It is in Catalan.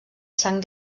sang